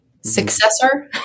successor